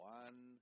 one